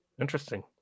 Interesting